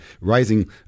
rising